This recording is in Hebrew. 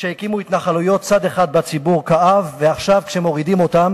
כשהקימו התנחלויות צד אחד בציבור כאב ועכשיו כשמורידים אותן